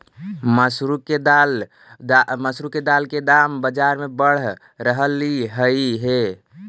मसूरी के दाल के दाम बजार में बढ़ रहलई हे